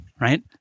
right